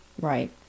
Right